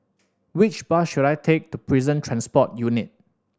which bus should I take to Prison Transport Unit